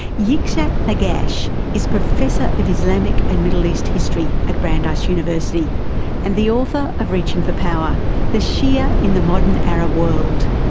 yitzhak nakash is professor of islamic and middle east history at brandeis university and the author of reaching for power the shi'a in the modern arab world.